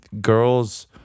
girls